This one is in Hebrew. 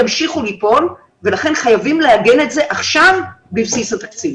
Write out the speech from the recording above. הוא ילך לאכול פחמימות כדי שירגיש